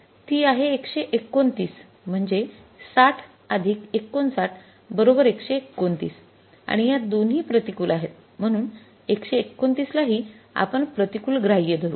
तर ती आहे १२९ म्हणजे ६० ६९ १२९ आणि या दोन्ही प्रतिकूल आहेत म्हणून १२९ ला हि आपण प्रतिकूल ग्राह्य धरू